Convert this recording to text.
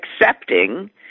accepting